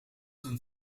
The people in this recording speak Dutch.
een